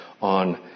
On